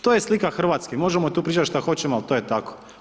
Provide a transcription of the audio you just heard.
To je slika Hrvatske, možemo tu pričati šta hoćemo, a to je tako.